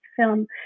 film